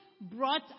brought